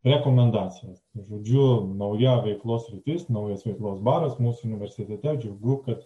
rekomendacijas žodžiu nauja veiklos sritis naujas veiklos baras mūsų universitete džiugu kad